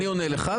אני עונה לך,